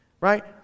Right